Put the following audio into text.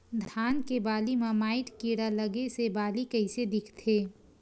धान के बालि म माईट कीड़ा लगे से बालि कइसे दिखथे?